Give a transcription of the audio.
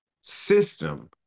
system